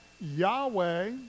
Yahweh